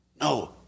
No